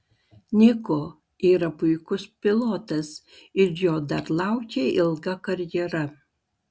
niko yra puikus pilotas ir jo dar laukia ilga karjera